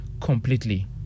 completely